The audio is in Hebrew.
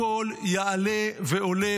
הכול יעלה ועולה,